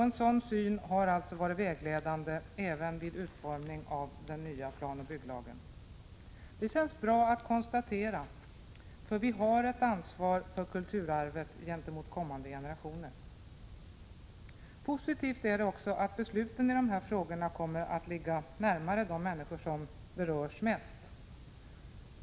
En sådan syn har alltså varit vägledande även vid utformningen av den nya planoch bygglagen. Det känns bra att kunna konstatera detta, för vi har ett ansvar för kulturarvet gentemot kommande generationer. Det är också positivt att besluten i de här frågorna kommer att ligga närmare de människor som berörs mest.